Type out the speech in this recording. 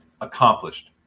accomplished